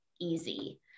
easy